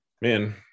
man